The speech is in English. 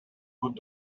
would